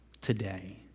today